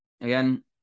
again